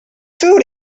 two